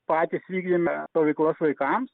patys vykdėme stovyklas vaikams